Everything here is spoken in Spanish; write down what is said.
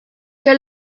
que